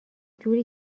جوری